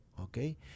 okay